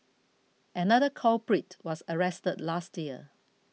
another culprit was arrested last year